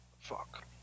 Fuck